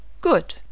Good